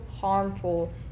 harmful